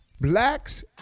Blacks